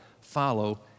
follow